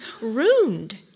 ruined